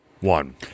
One